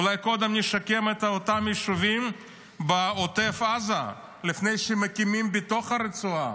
אולי קודם נשקם את אותם יישובים בעוטף עזה לפני שמקימים בתוך הרצועה?